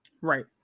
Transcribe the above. Right